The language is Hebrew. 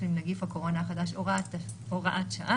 תודה לכולם